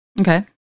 Okay